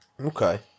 Okay